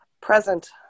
Present